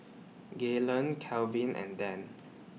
Gaylen Kevin and Dann